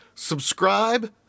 subscribe